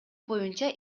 боюнча